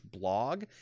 blog